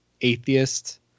atheist